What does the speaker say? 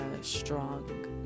strong